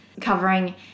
covering